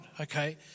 Okay